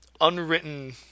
unwritten